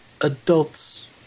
adults